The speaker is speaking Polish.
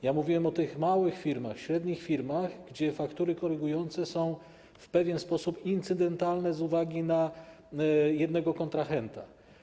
Ja mówiłem o tych małych firmach, średnich firmach, gdzie faktury korygujące są w pewien sposób incydentalny z uwagi na jednego kontrahenta.